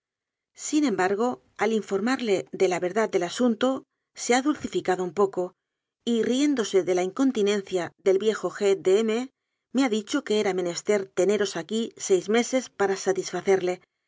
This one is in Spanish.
sin embargo al informarle de la verdad del asun to se ha dulcificado un poco y riéndose de la in continencia del viejo g de m me ha dicho que era menester teneros aquí seis meses para